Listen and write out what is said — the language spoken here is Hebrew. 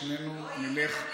שנינו נלך,